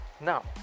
Now